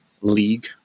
League